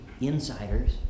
insiders